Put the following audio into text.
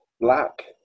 black